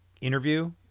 interview